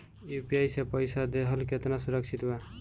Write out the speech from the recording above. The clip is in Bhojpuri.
यू.पी.आई से पईसा देहल केतना सुरक्षित बा?